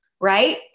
right